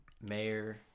mayor